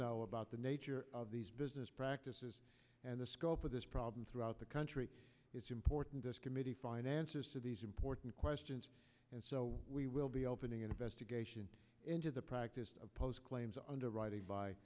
know about the nature of these business practices and the scope of this problem throughout the country it's important this committee finances to these important questions and so we will be opening an investigation into the practice of post claims underwriting by